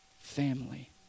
family